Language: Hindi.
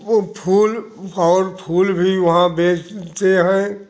वो फुल और फुल भी वहाँ बेज ते हैं